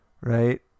right